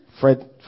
Fred